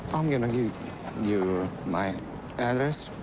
i'm going to give you my address.